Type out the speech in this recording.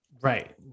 Right